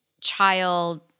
child –